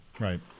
Right